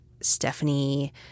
Stephanie